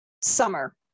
summer